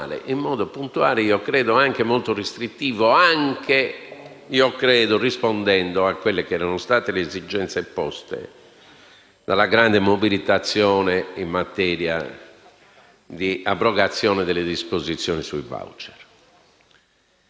dalla grande mobilitazione in materia di abrogazione delle disposizioni sui *voucher*, per contrastare l'abuso di uno strumento e di un istituto come questo e non